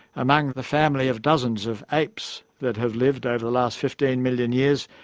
among the family of dozens of apes that have lived over the last fifteen million years,